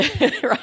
right